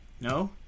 No